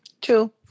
Two